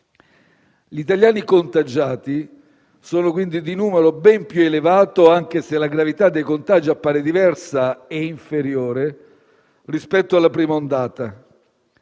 Gli italiani contagiati sono quindi di numero ben più elevato, anche se la gravità dei contagi appare diversa ed inferiore rispetto alla prima ondata.